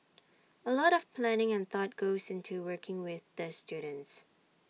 A lot of planning and thought goes into working with these students